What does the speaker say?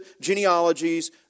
genealogies